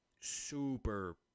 super